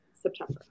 September